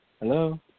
Hello